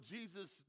Jesus